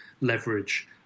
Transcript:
leverage